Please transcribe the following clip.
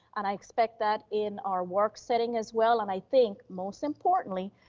and i expect that in our work setting as well. and i think most importantly,